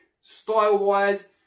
Style-wise